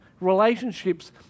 Relationships